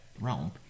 realm